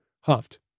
huffed